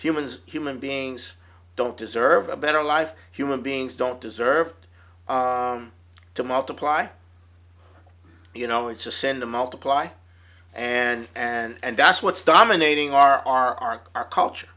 humans human beings don't deserve a better life human beings don't deserve to multiply you know it's to send a multiply and and that's what's dominating our our our our culture